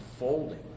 unfolding